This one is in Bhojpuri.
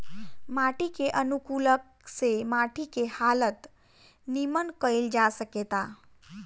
माटी के अनुकूलक से माटी के हालत निमन कईल जा सकेता